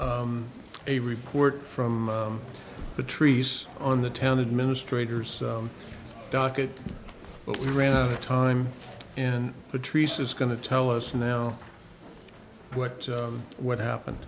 a report from the trees on the ten administrators docket but we ran out of time and patrice is going to tell us now what what happened